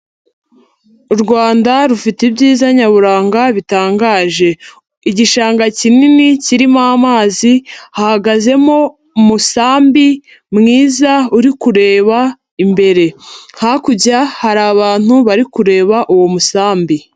U Rwanda rufite ibyiza nyaburanga bitangaje. Igishanga kinini kirimo amazi, hahagazemo umusambi mwiza uri kureba imbere, hakurya hari abantu bari kureba uwo musambi.